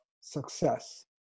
success